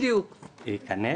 להיכנס?